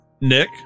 nick